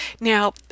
Now